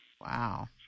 Wow